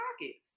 pockets